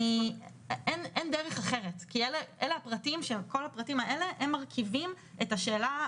אין דרך אחרת כי אלה הפרטים שכל הפרטים האלה הם מרכיבים את השאלה,